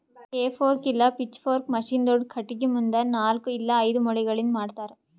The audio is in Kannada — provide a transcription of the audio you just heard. ಹೇ ಫೋರ್ಕ್ ಇಲ್ಲ ಪಿಚ್ಫೊರ್ಕ್ ಮಷೀನ್ ದೊಡ್ದ ಖಟಗಿ ಮುಂದ ನಾಲ್ಕ್ ಇಲ್ಲ ಐದು ಮೊಳಿಗಳಿಂದ್ ಮಾಡ್ತರ